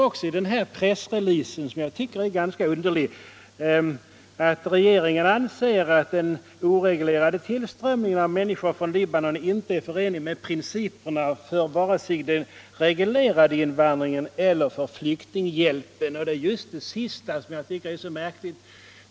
I denna pressrelease, som jag tycker är ganska underlig, anförs också: "Regeringen anser ——-— att den oreglerade tillströmningen av människor från Libanon inte är förenlig med principerna för vare sig den reglerade invandringen eller flyktinghjälpen.” Det är just deta som jag tycker är så märkligt.